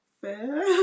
fair